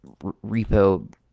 repo